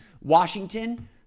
Washington